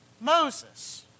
Moses